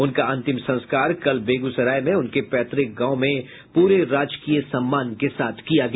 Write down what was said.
उनका अंतिम संस्कार कल बेगूसराय में उनके पैतृक गांव में पूरे राजकीय सम्मान के साथ किया गया